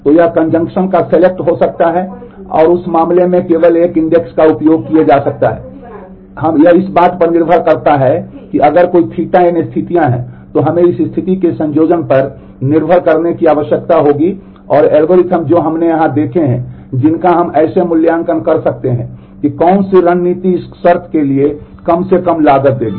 तो यह कंजंक्शन का उपयोग किया जा सकता है यह इस बात पर निर्भर करता है कि अगर कोई Ɵn स्थितियां हैं तो हमें इस स्थिति के संयोजन पर निर्भर करने की आवश्यकता होगी और एल्गोरिदम जो हमने यहां देखे हैं जिनका हम ऐसे मूल्यांकन कर सकते हैं कि कौन सी रणनीति इस शर्त के लिए कम से कम लागत देगी